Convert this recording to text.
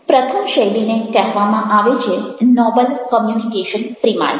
પ્રથમ શૈલીને કહેવામાં આવે છે નોબલ કમ્યુનિકેશન પ્રિમાઇસ